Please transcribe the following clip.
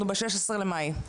אנחנו ב-17 במאי.